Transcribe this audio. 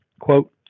Quote